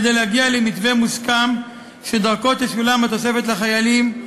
כדי להגיע למתווה מוסכם שדרכו תשולם התוספת לחיילים,